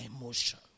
emotion